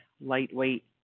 lightweight